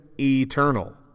eternal